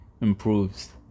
improves